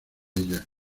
ella